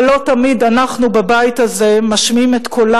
ולא תמיד אנחנו בבית הזה משמיעים את קולם